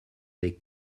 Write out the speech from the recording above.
les